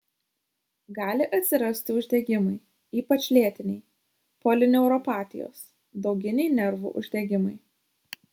gali atsirasti uždegimai ypač lėtiniai polineuropatijos dauginiai nervų uždegimai